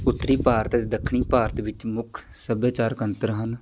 ਉੱਤਰੀ ਭਾਰਤ ਅਤੇ ਦੱਖਣੀ ਭਾਰਤ ਵਿੱਚ ਮੁੱਖ ਸੱਭਿਆਚਾਰਕ ਅੰਤਰ ਹਨ